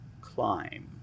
Climb